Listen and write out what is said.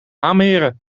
aanmeren